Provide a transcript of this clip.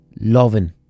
loving